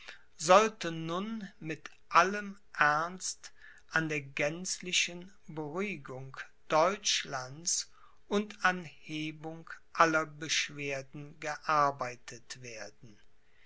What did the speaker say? sollte nun mit allem ernst an der gänzlichen beruhigung deutschlands und an hebung aller beschwerden gearbeitet werden